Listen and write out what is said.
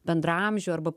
bendraamžių arba